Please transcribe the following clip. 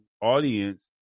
audience